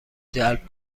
جلب